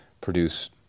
produce